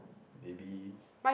maybe